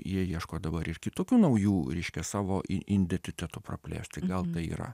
jie ieško dabar ir kitokių naujų reiškia savo identiteto praplėst tai gal yra